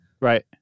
right